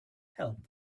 help